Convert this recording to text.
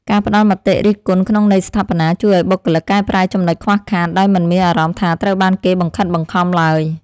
ការផ្តល់មតិរិះគន់ក្នុងន័យស្ថាបនាជួយឱ្យបុគ្គលិកកែប្រែចំណុចខ្វះខាតដោយមិនមានអារម្មណ៍ថាត្រូវបានគេបង្ខិតបង្ខំឡើយ។